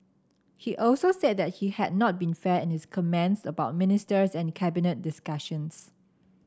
he also said that he had not been fair in his comments about the ministers and cabinet discussions